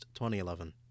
2011